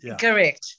Correct